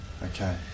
Okay